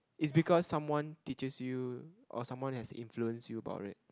is because someone teaches you or someone has influence you about it